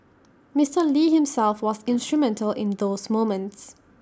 Mister lee himself was instrumental in those moments